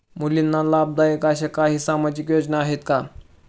मुलींना लाभदायक अशा काही सामाजिक योजना आहेत का?